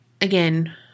Again